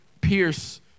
pierce